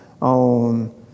on